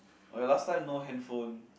oh ya last time no handphones